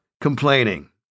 complaining